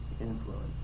influence